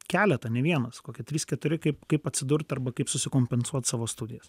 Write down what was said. keletą ne vienas kokie trys keturi kaip kaip atsidurt arba kaip susikompensuot savo studijas